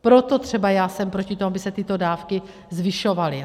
Proto třeba já jsem proti tomu, aby se tyto dávky zvyšovaly.